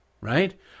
right